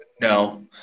no